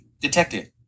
Detective